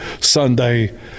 Sunday